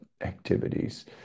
activities